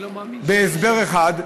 בהסבר אחד,